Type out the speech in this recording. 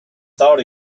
thought